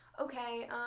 okay